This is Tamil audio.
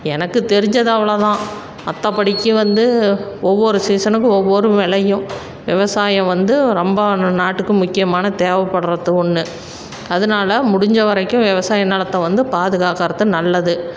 எனக்கு தெரிஞ்சது அவ்வளோ தான் மற்றபடிக்கு வந்து ஒவ்வொரு சீசனுக்கும் ஒவ்வொரு விளையும் விவசாயம் வந்து ரொம்ப நான் நாட்டுக்கு முக்கியமான தேவைப்பட்றது ஒன்று அதனால முடிஞ்ச வரைக்கும் விவசாய நிலத்த வந்து பாதுகாக்கிறது நல்லது